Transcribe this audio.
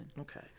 Okay